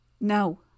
No